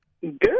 Good